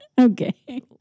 okay